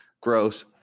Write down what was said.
Gross